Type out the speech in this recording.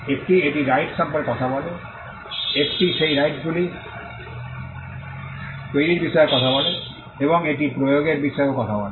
একটি এটি রাইটস সম্পর্কে কথা বলে এটি সেই রাইটস গুলি তৈরির বিষয়ে কথা বলে এবং এটি প্রয়োগের বিষয়েও কথা বলে